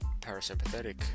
parasympathetic